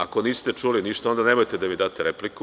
Ako niste čuli ništa, onda nemojte da mi date repliku.